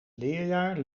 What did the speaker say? leerjaar